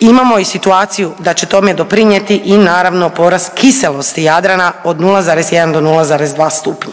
Imamo i situaciju da će tome doprinijeti i naravno porast kiselosti Jadrana od 0,1 do 0,2 stupnja.